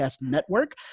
network